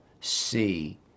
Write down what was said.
see